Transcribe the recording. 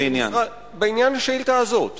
בעניין השאילתא הזאת,